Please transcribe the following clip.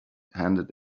handed